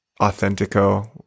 authentico